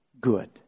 good